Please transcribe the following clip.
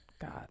God